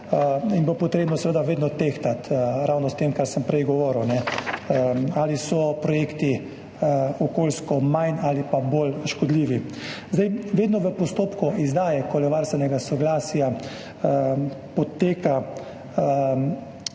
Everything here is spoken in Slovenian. in bo potrebno seveda vedno tehtati ravno s tem, o čemer sem prej govoril – ali so projekti okoljsko manj ali bolj škodljivi. Vedno v postopku izdaje okoljevarstvenega soglasja poteka tako